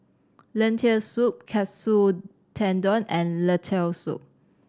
Lentil Soup Katsu Tendon and Lentil Soup